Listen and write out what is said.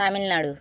Tamil Nadu